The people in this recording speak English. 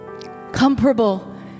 comparable